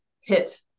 hit